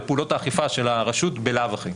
ופעולות האכיפה של הרשות בלאו הכי.